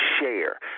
share